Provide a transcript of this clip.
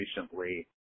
recently